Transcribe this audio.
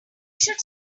should